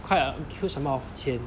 quite a huge amount of 钱